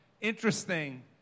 interesting